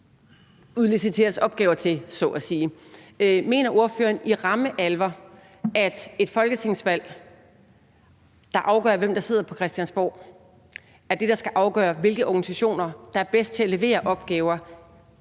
Mener ordføreren i ramme alvor, at et folketingsvalg, der afgør, hvem der sidder på Christiansborg, er det, der skal afgøre, hvilke organisationer der er bedst til at levere opgaver